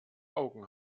augen